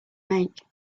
make